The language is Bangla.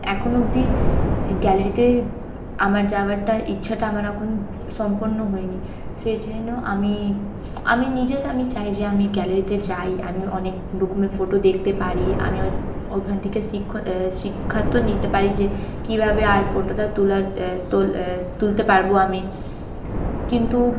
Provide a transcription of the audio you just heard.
এখন অবধি এ গ্যালারিতে আমার যাওয়ারটা ইচ্ছাটা আমার এখন সম্পন্ন হয়নি সেই জন্য আমি আমি নিজের আমি চাই যে আমি গ্যালারিতে যাই আমি অনেক রকমের ফোটো দেখতে পারি আমি ওই ওইখান থেকে শিক্ষ শিক্ষা তো নিতে পারি যে কীভাবে আর ফোটোটা তুলার তোল তুলতে পারব আমি কিন্তু